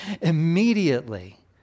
immediately